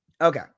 Okay